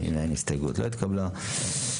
יימחקו,